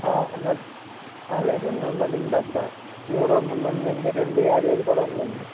ఉన్నాది లేదండి ఉందండి డబ్బా మూడొందలది ఉందండి రెండు యాభైది కూడా ఉందండి